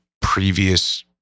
previous